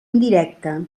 indirecta